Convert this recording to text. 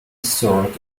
assert